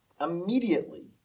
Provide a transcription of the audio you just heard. immediately